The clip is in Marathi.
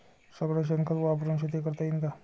सगळं शेन खत वापरुन शेती करता येईन का?